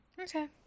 okay